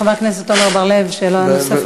חבר הכנסת עמר בר-לב, שאלה נוספת?